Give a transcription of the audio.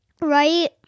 right